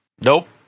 Nope